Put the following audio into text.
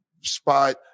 spot